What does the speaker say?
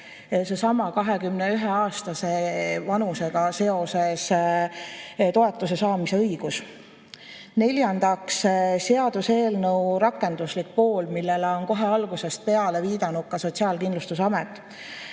seesama 21‑aastase vanusega seoses toetuse saamise õigus? Neljandaks, seaduseelnõu rakenduslik pool, millele on kohe algusest peale viidanud ka Sotsiaalkindlustusamet.